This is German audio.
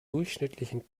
durchschnittlichen